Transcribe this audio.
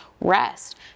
rest